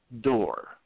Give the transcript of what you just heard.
door